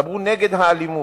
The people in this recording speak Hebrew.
דברו נגד האלימות,